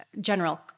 general